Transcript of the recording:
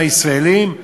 מהישראלים,